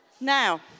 Now